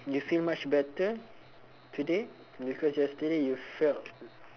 you feel much better today because yesterday you felt